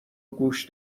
گوش